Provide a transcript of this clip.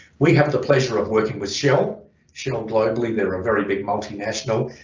we have the pleasure of working with shell shell globally they're a very big multinational.